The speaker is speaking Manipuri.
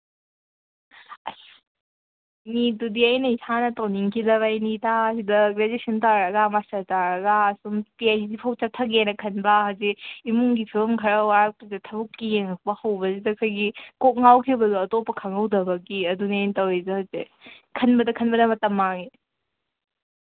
ꯑꯁ ꯅꯤꯠꯇꯨꯗꯤ ꯑꯩꯅ ꯏꯁꯥꯅ ꯇꯧꯅꯤꯡꯈꯤꯗꯕꯒꯤꯅꯤ ꯏꯇꯥ ꯁꯤꯗ ꯒ꯭ꯔꯦꯖ꯭ꯌꯨꯑꯦꯁꯟ ꯇꯧꯔꯒ ꯃꯥꯁꯇꯔ ꯇꯧꯔꯒ ꯁꯨꯝ ꯄꯤ ꯑꯩꯆ ꯗꯤ ꯐꯥꯎ ꯆꯠꯊꯒꯦꯅ ꯈꯟꯕ ꯍꯧꯖꯤꯛ ꯏꯃꯨꯡꯒꯤ ꯐꯤꯚꯝ ꯈꯔ ꯋꯥꯔꯛꯄꯗꯨꯗ ꯊꯕꯛꯀꯤ ꯌꯦꯡꯉꯛꯄ ꯍꯧꯕꯁꯤꯗ ꯑꯩꯈꯣꯏꯒꯤ ꯀꯣꯛ ꯉꯥꯎꯈꯤꯕꯗꯣ ꯑꯇꯣꯞꯄ ꯈꯪꯍꯧꯗꯕꯒꯤ ꯑꯗꯨꯅꯦ ꯑꯩꯅ ꯇꯧꯔꯤꯁꯦ ꯍꯧꯖꯤꯛ ꯈꯟꯕꯗ ꯈꯟꯕꯗ ꯃꯇꯝ ꯃꯥꯡꯉꯦ